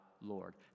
Lord